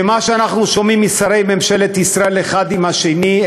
שמה שאנחנו שומעים משרי ממשלת ישראל אחד על השני,